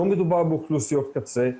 לא מדובר באוכלוסיות קצה,